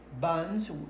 buns